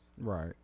Right